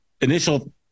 initial